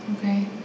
okay